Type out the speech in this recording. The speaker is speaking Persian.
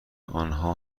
آنها